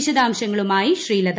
വിശദാംശങ്ങളുമായി ശ്രീലത